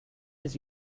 his